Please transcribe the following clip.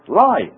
lie